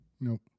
Nope